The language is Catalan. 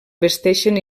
vesteixen